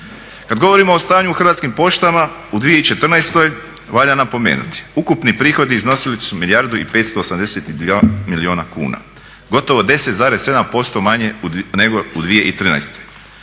Kada govorimo o stanju u Hrvatskim poštama u 2014. valja napomenuti, ukupni prihodi iznosili su milijardu i 582 milijuna kuna, gotovo 10,7% manje nego u 2013.